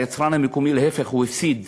היצרן המקומי, להפך, הוא הפסיד.